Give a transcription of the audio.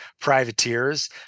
privateers